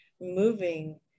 moving